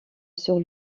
sur